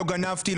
לא גנבתי,